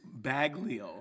Baglio